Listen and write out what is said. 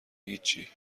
هیچی